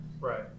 Right